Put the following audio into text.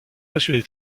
passionné